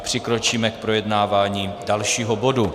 Přikročíme k projednávání dalšího bodu.